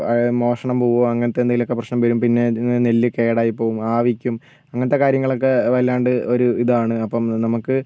മോഷണം പോവുവോ അങ്ങനത്തെ എന്തെങ്കിലും പ്രശ്നങ്ങൾ വരും പിന്നെ നെല്ല് കേടായി പോകും ആവിക്കും അങ്ങനത്തെ കാര്യങ്ങളൊക്കെ വല്ലാണ്ട് ഒരു ഇതാണ് അപ്പം നമുക്ക്